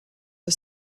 the